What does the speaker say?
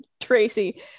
tracy